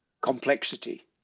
complexity